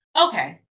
Okay